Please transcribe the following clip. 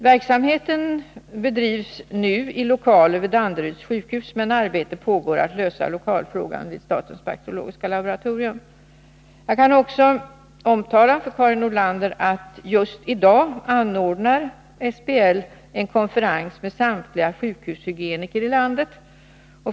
Verksamheten bedrivs nu i lokaler vid Danderyds sjukhus, men arbete pågår för att lösa lokalfrågan vid statens bakteriologiska laboratorium. Jag kan också omtala för Karin Nordlander att just i dag anordnar SBL en konferens med samtliga sjukhushygieniker i landet.